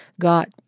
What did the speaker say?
got